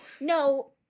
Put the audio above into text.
No